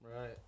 Right